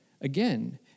again